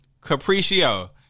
Capriccio